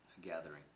Gathering